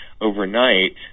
overnight